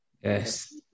Yes